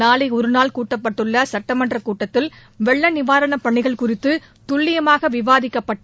நாளை ஒருநாள் கூட்டப்பட்டுள்ள சட்டமன்றக் கூட்டத்தில் வெள்ளப் நிவாரண பணிகள் குறித்து தல்லிபமாக விவாதிக்கப்பட்டு